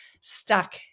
stuck